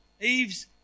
Eve's